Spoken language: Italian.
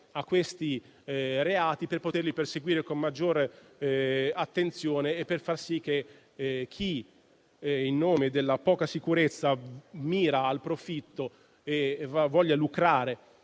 a questi reati per poterli perseguire con maggiore attenzione e per far sì che chi, in nome del profitto, voglia lucrare